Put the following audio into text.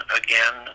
again